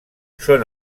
són